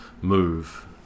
move